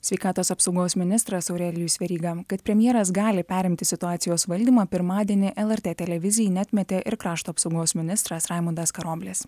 sveikatos apsaugos ministras aurelijus veryga kad premjeras gali perimti situacijos valdymą pirmadienį lrt televizijai neatmetė ir krašto apsaugos ministras raimundas karoblis